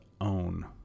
own